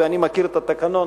ואני מכיר את התקנון,